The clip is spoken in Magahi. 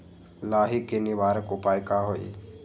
लाही के निवारक उपाय का होई?